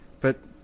but